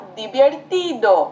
divertido